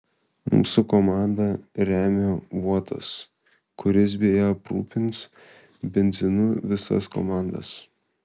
mūsų komandą remia uotas kuris beje aprūpins benzinu visas komandas